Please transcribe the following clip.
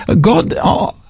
God